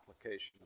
Application